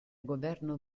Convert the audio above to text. governo